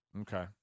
Okay